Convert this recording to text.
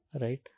Right